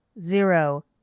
zero